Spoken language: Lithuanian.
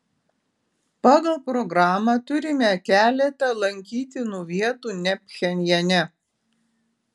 pagal programą turime keletą lankytinų vietų ne pchenjane